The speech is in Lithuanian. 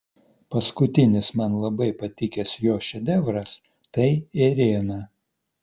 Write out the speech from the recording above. paskutinis man labai patikęs jo šedevras tai ėriena